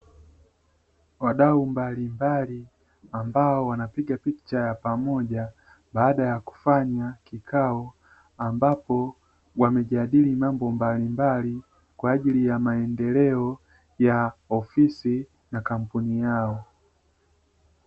Wadau mbalimbali ambao wanapiga picha ya pamoja baada ya kufanya kikao. Ambapo wamejadili mambo mbalimbali kwa ajili ya maendeleo ya ofisi na kampuni yao.